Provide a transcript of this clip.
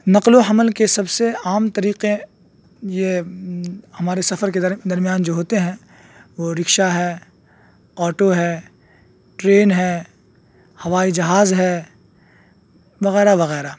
نقل و حمل کے سب سے عام طریقے یہ ہمارے سفر کے دردرمیان جو ہوتے ہیں وہ رکشہ ہے آٹو ہے ٹرین ہے ہوائی جہاز ہے وغیرہ وغیرہ